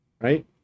right